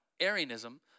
Arianism